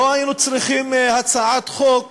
לא היינו צריכים הצעת חוק